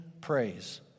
praise